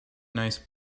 nice